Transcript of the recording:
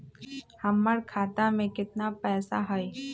हमर खाता में केतना पैसा हई?